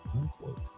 Unquote